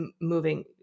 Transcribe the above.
moving